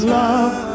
love